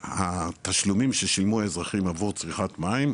התשלומים ששילמו האזרחים עבור צריכת מים,